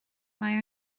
mae